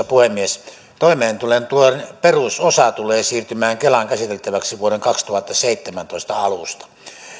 arvoisa puhemies toimeentulotuen perusosa tulee siirtymään kelan käsiteltäväksi vuoden kaksituhattaseitsemäntoista alusta